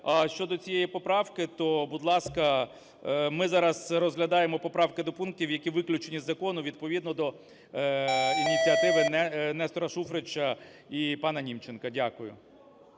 щодо цієї поправки, то, будь ласка, ми зараз розглядаємо поправки до пунктів, які виключені із закону, відповідно до ініціативи Нестора Шуфрича і пана Німченка. Дякую.